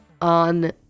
on